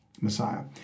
Messiah